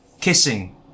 kissing